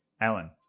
Alan